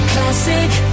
Classic